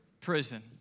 Prison